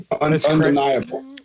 Undeniable